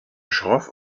schroff